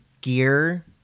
gear